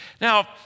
Now